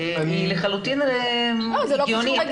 היא לחלוטין הגיונית.